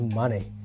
money